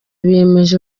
biyemeje